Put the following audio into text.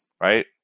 right